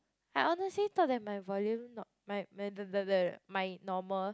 I honestly thought that my volume not my my normal